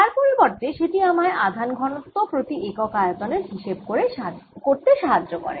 তার পরিবর্তে সেটি আমায় আধান ঘনত্ব প্রতি একক আয়তন এর হিসেব করতে সাহায্য করে